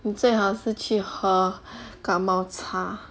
你最好是去喝感冒茶